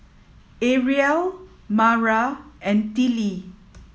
Arielle Mara and Tillie